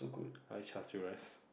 I like char-siew rice